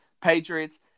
Patriots